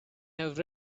have